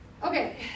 Okay